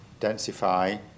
densify